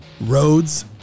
Roads